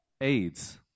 AIDS